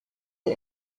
der